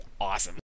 awesome